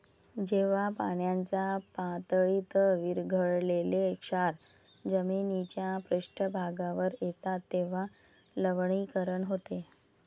जेव्हा पाण्याच्या पातळीत विरघळलेले क्षार जमिनीच्या पृष्ठभागावर येतात तेव्हा लवणीकरण होते